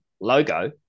logo